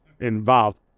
involved